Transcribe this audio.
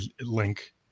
link